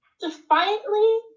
defiantly